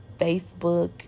Facebook